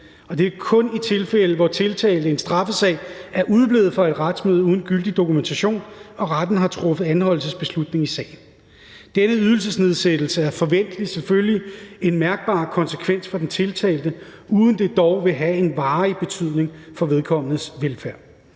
det er kun i tilfælde, hvor tiltalte i en straffesag er udeblevet fra et retsmøde uden gyldig dokumentation og retten har truffet anholdelsesbeslutning i sagen. Denne ydelsesnedsættelse er forventeligt selvfølgelig en mærkbar konsekvens for den tiltalte, uden det dog vil have en varig betydning for vedkommendes velfærd.